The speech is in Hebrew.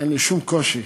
אין לי שום קושי